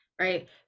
right